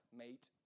mate